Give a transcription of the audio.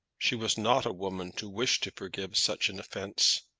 she was not a woman to wish to forgive such an offence.